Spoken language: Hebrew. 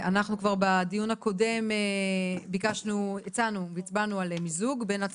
בדיון הקודם הצבענו בעניין המיזוג וזה